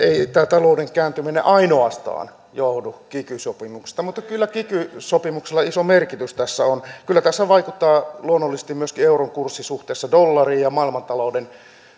talouden kääntyminen ainoastaan johdu kiky sopimuksesta mutta kyllä kiky sopimuksella iso merkitys tässä on kyllä tässä vaikuttaa luonnollisesti myöskin euron kurssi suhteessa dollariin ja maailmantalouden